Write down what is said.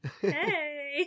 Hey